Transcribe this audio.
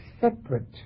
separate